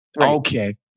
Okay